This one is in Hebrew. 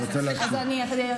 מצטערת, סליחה.